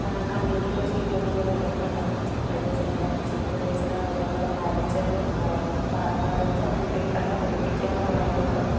കമ്പ്യൂട്ടറിൽ ചെയ്യുന്നതുപോലെ എളുപ്പമല്ല നമുക്ക് ചിത്രരചന ചിത്രരചനയാവുമ്പോൾ നമ്മൾ വരച്ചത് വേറൊരു വരച്ചതൊരു പേപ്പറിൽ ഫലിപ്പിക്കുക എന്ന് പറയുന്നത്